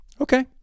Okay